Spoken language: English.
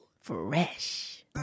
Fresh